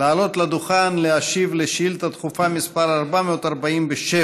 לעלות לדוכן ולהשיב על שאילתה דחופה מס' 447,